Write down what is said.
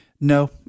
No